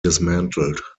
dismantled